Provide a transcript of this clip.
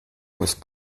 was